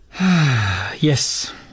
yes